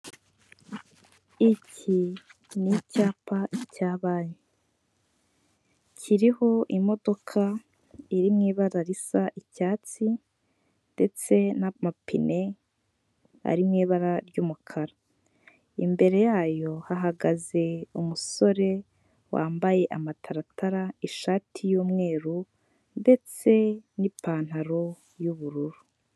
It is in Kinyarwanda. Iki ni icyapa cya banki. Kiriho imodoka iri mu ibara risa icyatsi ndetse n'amapine ari mu ibara ry'umukara. Imbere yayo hahagaze umusore, wambaye amataratara, ishati y'umweru ndetse n'ipantaro y'ubururu.